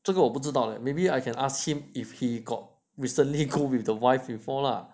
这个我不知道 leh maybe I can ask him if he got recently go with the wife before lah